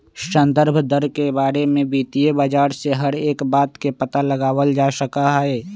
संदर्भ दर के बारे में वित्तीय बाजार से हर एक बात के पता लगावल जा सका हई